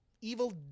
evil